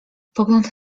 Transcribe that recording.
pogląd